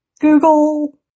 Google